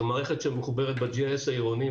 זו מערכת שמחוברת ב-GS העירוני,